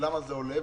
למה זה עולה?